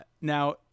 Now